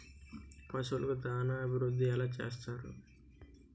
పశువులకు దాన అభివృద్ధి ఎలా చేస్తారు?